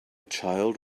child